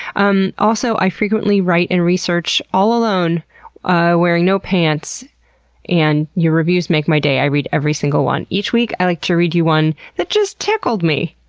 um also, i frequently write and research all alone wearing no pants and your reviews make my day. i read every single one. each week i like to read you one that just tickled me.